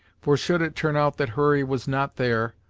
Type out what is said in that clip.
for should it turn out that hurry was not there,